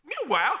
Meanwhile